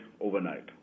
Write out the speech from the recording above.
overnight